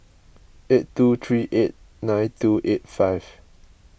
eight two three eight nine two eight five